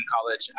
college